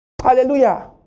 Hallelujah